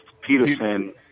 Peterson